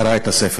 קרא אותו.